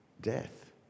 death